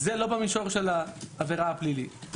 זה לא במישור של העבירה הפלילית.